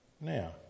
Now